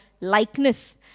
likeness